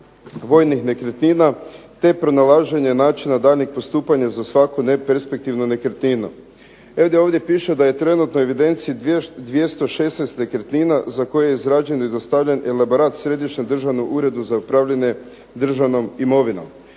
vojnih nekretnina te pronalaženje načina daljnjeg postupanja za svaku neperspektivnu nekretninu. Evo ovdje piše da je trenutno u evidenciji 216 nekretnina za koje je izrađen i dostavljen elaborat Središnjem državnom uredu za upravljanje državnom imovinom.